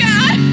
God